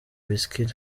wizkid